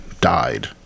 died